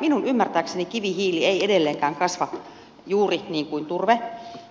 minun ymmärtääkseni kivihiili ei edelleenkään kasva juuri niin kuin turve